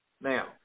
Now